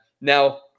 Now